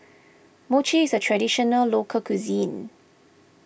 Mochi is a Traditional Local Cuisine